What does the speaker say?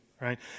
right